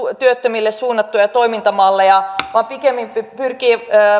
työttömille suunnattuja toimintamalleja vaan pikemminkin pyrkiä